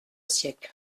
siècle